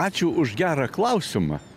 ačiū už gerą klausimą